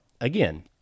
again